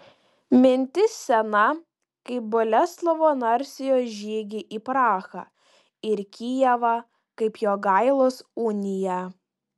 mintis sena kaip boleslovo narsiojo žygiai į prahą ir kijevą kaip jogailos unija